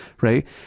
right